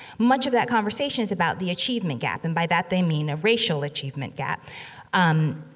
much of that conversation's about the achievement gap. and by that they mean a racial achievement gap um,